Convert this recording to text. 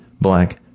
black